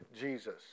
Jesus